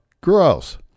gross